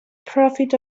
profit